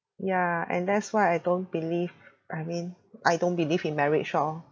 yeah and that's why I don't believe I mean I don't believe in marriage lor